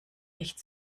echt